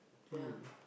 ya